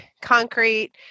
concrete